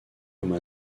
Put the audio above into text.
comme